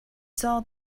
saw